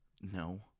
No